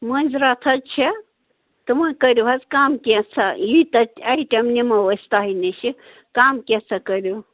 مٲنز راتھ حَظ چھے تہٕ وۄن کٔرِو حَظ کم کینژھا یٖتیاہ آیٹم نِمو أسۍ تثہہِ نِشہٕ کم کینژھا کٔرِو